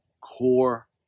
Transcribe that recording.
Core